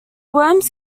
worms